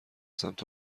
سمت